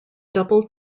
double